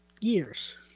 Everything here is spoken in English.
years